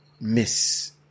miss